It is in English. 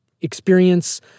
experience